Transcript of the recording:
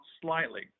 slightly